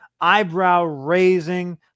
eyebrow-raising